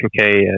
okay